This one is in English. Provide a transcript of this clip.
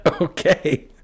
Okay